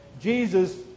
Jesus